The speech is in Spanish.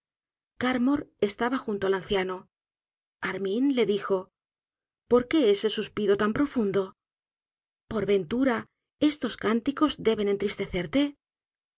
carmor estaba junto al anciano armin le dijo por qué ese suspiro tan profundo por ventura estos cánticos deben entristecerle